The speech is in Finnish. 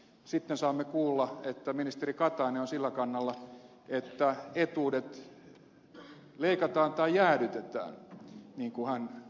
sitten saamme kuulla että ministeri katainen on sillä kannalla että etuudet leikataan tai jäädytetään niin kuin hän sanoi